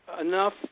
enough